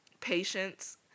Patience